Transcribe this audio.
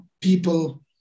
people